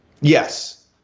Yes